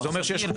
זה אומר שיש